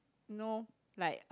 no like